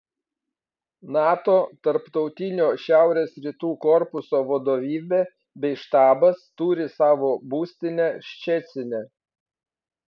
nato tarptautinio šiaurės rytų korpuso vadovybė bei štabas turi savo būstinę ščecine